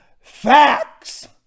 facts